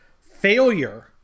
Failure